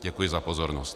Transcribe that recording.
Děkuji za pozornost.